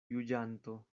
juĝanto